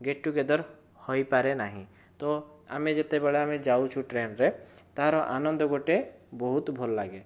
gate together ହୋଇପାରେ ନାହିଁ ତ ଆମେ ଯେତେବେଳେ ଆମେ ଯାଉଛୁ ଟ୍ରେନରେ ତା ର ଆନନ୍ଦ ଗୋଟେ ବହୁତ ଭଲଲାଗେ